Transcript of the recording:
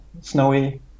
snowy